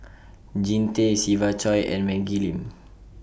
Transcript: Jean Tay Siva Choy and Maggie Lim